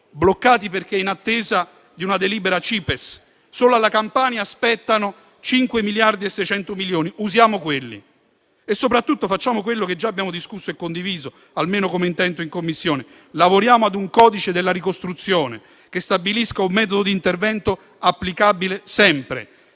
lo sviluppo sostenibile (CIPESS); solo alla Campania spettano 5,6 miliardi, usiamo quelli. E soprattutto facciamo quello che già abbiamo discusso e condiviso, almeno come intento, in Commissione: lavoriamo a un codice della ricostruzione che stabilisca un metodo di intervento applicabile sempre